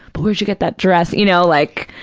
but where did you get that dress? you know, like,